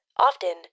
often